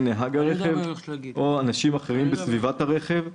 נהג הרכב או אנשים אחרים בסביבת הרכב,"